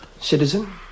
citizen